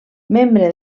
membre